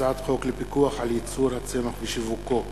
הצעת חוק לפיקוח על ייצור הצמח ושיווקו,